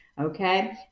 okay